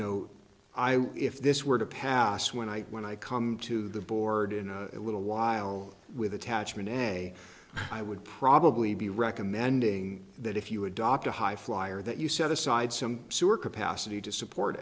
know i if this were to pass when i when i come to the board in a little while with attachment a i would probably be recommending that if you adopt a high flier that you set aside some sort capacity to support